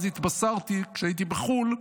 אז התבשרתי, כשהייתי בחו"ל,